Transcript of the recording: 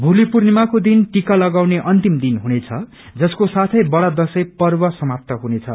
भोलि पूर्णिमाको दिन टिका लगाउने अन्तिम दिन हुनेछ जसको साथै बड़ा दशैं पर्व समाप्त हुनेछ